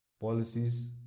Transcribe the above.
policies